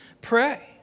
Pray